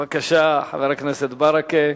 בבקשה, חבר הכנסת ברכה.